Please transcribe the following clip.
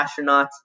astronauts